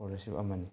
scholarship ꯑꯃꯅꯤ